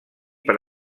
per